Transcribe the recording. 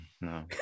No